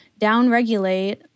downregulate